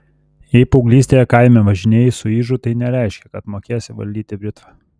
jei paauglystėje kaime važinėjai su ižu tai nereiškia kad mokėsi valdyti britvą